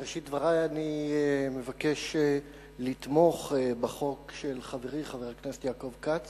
בראשית דברי אני מבקש לתמוך בחוק של חברי חבר הכנסת יעקב כץ